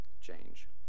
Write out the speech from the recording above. change